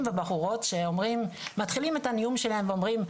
ובחורות שמתחילים את הנאום שלהם ואומרים,